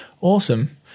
awesome